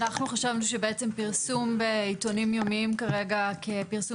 אנחנו חשבנו שבעצם פרסום בעיתונים יומיים כרגע כפרסום